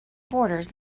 borders